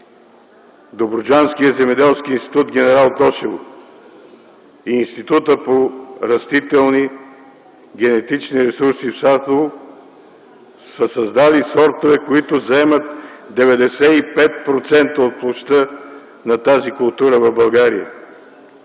Добруджанският земеделски институт – Генерал Тошево, и Институтът по растителни генетични ресурси в Садово са създали сортове, които заемат 95% от площта на тази култура в България.